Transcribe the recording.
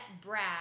Brad